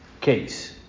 case